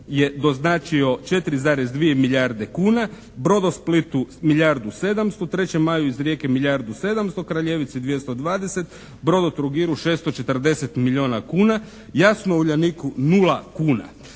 je doznačio 4,2 milijarde kuna, "Brodosplitu" milijardu 700, "3. maju" iz Rijeke milijardu 700, "Kraljevici" 220, "Brodotrogiru" 640 milijuna kuna. Jasno "Uljaniku" 0 kuna.